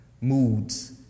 moods